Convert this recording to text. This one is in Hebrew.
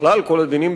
ובכלל כל הדינים,